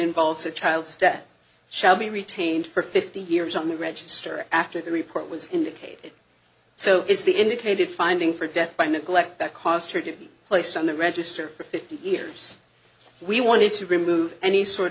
involves a child stet shall be retained for fifty years on the register after the report was indicated so is the indicated finding for death by neglect that caused her to place on the register for fifteen years we wanted to remove any sort